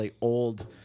old